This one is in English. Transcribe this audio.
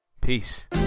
Peace